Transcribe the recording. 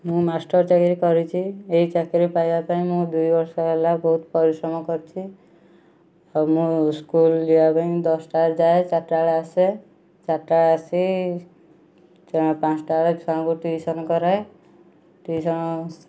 ମୁଁ ମାଷ୍ଟର ଚାକିରି କରିଛି ଏଇ ଚାକିରି ପାଇବା ପାଇଁ ମୁଁ ଦୁଇ ବର୍ଷ ହେଲା ବହୁତ ପରିଶ୍ରମ କରିଛି ଆଉ ମୁଁ ସ୍କୁଲ ଯିବାପାଇଁ ଦଶଟା ବେଳେ ଯାଏ ଚାରିଟା ବେଳେ ଆସେ ଚାରିଟାରେ ଆସି ପାଞ୍ଚଟା ବେଳେ ଛୁଆଙ୍କୁ ଟ୍ୟୁସନ୍ କରେ ଟ୍ୟୁସନ୍